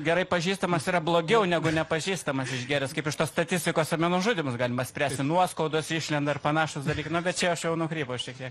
gerai pažįstamas yra blogiau negu nepažįstamas išgėręs kaip iš tos statistikos apie nužudymus galima spręsti nuoskaudos išlenda ir panašūs dalykai bet čia aš jau nukrypau šiek tiek